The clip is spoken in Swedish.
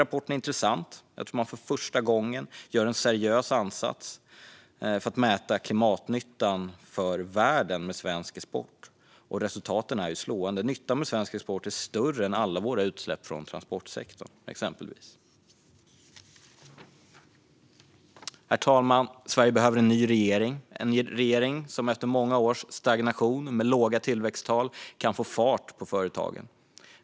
Rapporten är intressant - jag tror att det är första gången man gör en seriös ansats att mäta svensk exports klimatnytta för världen. Och resultaten är slående: Nyttan med svensk export är större än alla våra utsläpp från transportsektorn, exempelvis. Herr talman! Sverige behöver en ny regering. Vi behöver en regering som efter många års stagnation med låga tillväxttal kan få fart på företagen.